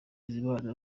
bizimana